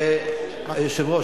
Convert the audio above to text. היושב-ראש,